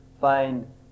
find